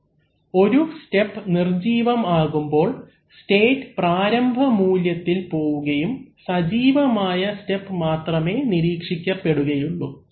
അവലംബിക്കുന്ന സ്ലൈഡ് സമയം 0625 ഒരു സ്റ്റെപ് നിർജീവം ആകുമ്പോൾ സ്റ്റേറ്റ് പ്രാരംഭ മൂല്യത്തിൽ പോവുകയും സജീവമായ സ്റ്റെപ് മാത്രമേ നിരീക്ഷിക്കപ്പെടുകയുള്ളൂ